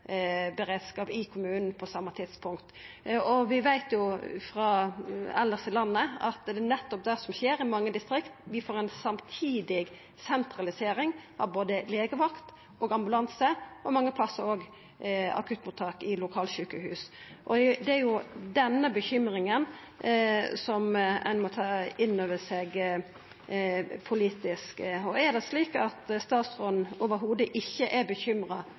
i kommunen på same tidspunkt. Vi veit jo elles i landet at det er nettopp det som skjer i mange distrikt, at vi får ei samtidig sentralisering av både legevakt og ambulanse og mange plassar òg akuttmottak i lokalsjukehus. Det er denne bekymringa ein må ta inn over seg politisk. Er det slik at statsråden i det heile ikkje er bekymra